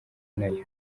nayo